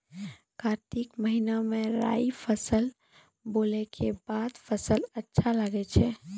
कार्तिक महीना मे राई फसल बोलऽ के बाद फसल अच्छा लगे छै